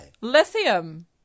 Lithium